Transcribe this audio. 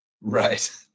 right